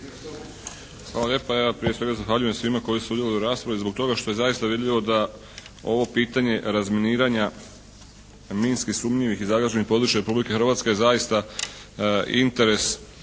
Hvala lijepa. Ja prije svega zahvaljujem svima koji sudjeluju u raspravi zbog toga što je zaista vidljivo da ovo pitanje razminiranja minskih sumnjivih i zagađenih područja Republike Hrvatske zaista interes